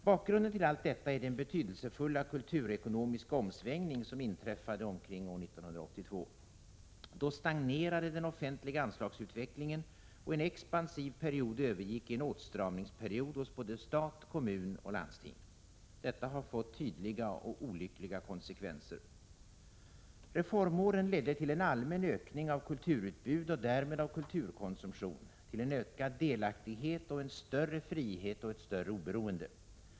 Bakgrunden till allt detta är den betydelsefulla kulturekonomiska omsvängning som inträffade omkring år 1982. Då stagnerade den offentliga anslagsutvecklingen, och en expansiv period övergick i en åtstramningsperiod hos både stat, kommuner och landsting. Detta har fått tydliga och olyckliga konsekvenser. Reformåren ledde till en allmän ökning av kulturutbud och därmed av kulturkonsumtion, till en ökad delaktighet och till en större frihet och ett större oberoende.